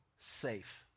safe